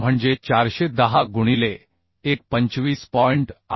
म्हणजे 410 गुणिले 1